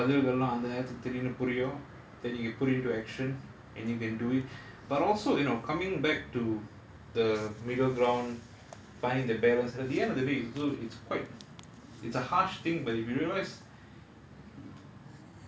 தேடாத புரியாத பதில்கள் எல்லாம் அந்த நேரத்துல திடீர்னு புரியும்:thedaatha puriyaatha bathilgal ellaam antha nerathula thideernu puriyum that you put it into action and you can do it but also you know coming back to the middle ground finding the balance at the end of the day also it's quite it's a harsh thing but if you realise